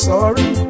Sorry